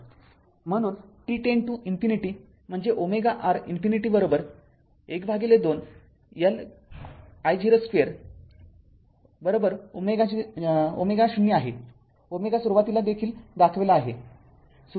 म्हणून t tends to infinity म्हणजे ω R infinity १२ L I0 square ω 0 आहे ω सुरुवातीस देखील दाखविला आहे